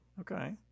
okay